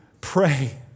pray